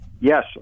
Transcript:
Yes